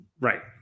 Right